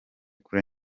kuri